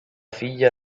figlia